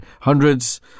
hundreds